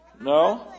no